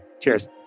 Cheers